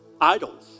Idols